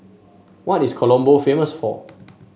what is Colombo famous for